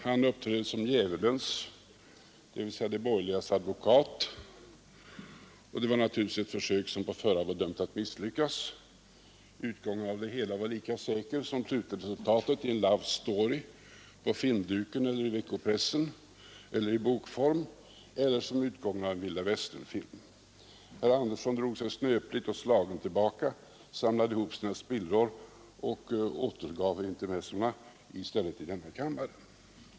Han uppträdde som djävulens — dvs. de borgerligas advokat, och det var naturligtvis ett försök som på förhand var dömt att misslyckas. Utgången av det hela var lika säker som slutresultatet i en love story på filmduken eller i veckopressen eller i bokform eller som utgången av en Vilda Västern-film. Herr Andersson drog sig snöpligt slagen tillbaka, samlade ihop spillrorna och återgav intermezzona i stället i denna kammare.